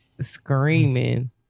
screaming